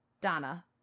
Donna